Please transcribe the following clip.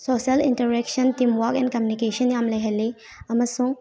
social interaction team work and communication ꯌꯥꯝ ꯂꯩꯍꯜꯂꯤ ꯑꯃꯁꯨꯡ